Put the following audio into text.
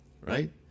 right